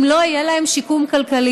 אם לא יהיה להם שיקום כלכלי.